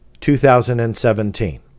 2017